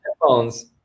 headphones